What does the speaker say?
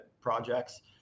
projects